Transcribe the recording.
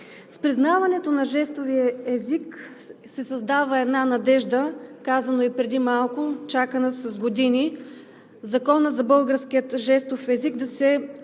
С признаването на жестовия език се създава една надежда, казано бе преди малко, чакана с години – Законът за българския жестов език да се